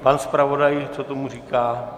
Pan zpravodaj co tomu říká?